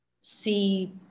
see